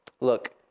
look